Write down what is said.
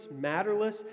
matterless